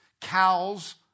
Cows